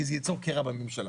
כי זה ייצור קרע בממשלה.